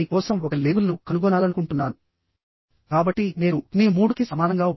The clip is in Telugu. దీనికి ఒక పేరు పెట్టుకుందాం అది 1 2 3